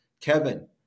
Kevin